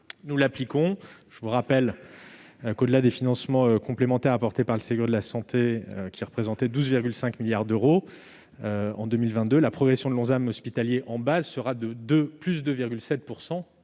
nous l'appliquons. Je rappelle que, au-delà des financements complémentaires apportés par le Ségur de la santé- 12,5 milliards d'euros en 2022 -, la progression de l'Ondam hospitalier en base sera de 2,7